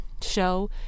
show